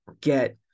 get